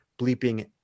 bleeping